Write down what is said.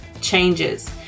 changes